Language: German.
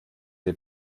dem